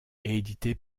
édité